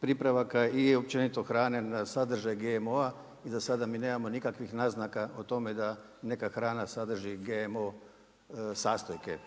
pripravaka i općenito hrane na sadržaj GMO-a i za sada mi nemamo nikakvih naznaka o tome da neka hrani GMO sastojke.